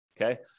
okay